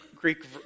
Greek